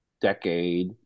decade